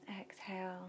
Exhale